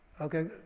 Okay